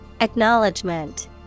Acknowledgement